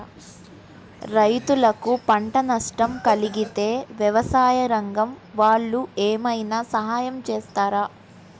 రైతులకు పంట నష్టం కలిగితే వ్యవసాయ రంగం వాళ్ళు ఏమైనా సహాయం చేస్తారా?